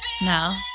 No